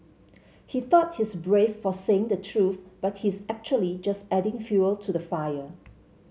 he thought he's brave for saying the truth but he's actually just adding fuel to the fire